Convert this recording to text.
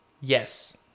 Yes